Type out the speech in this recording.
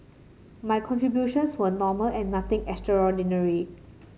my contributions were normal and nothing extraordinary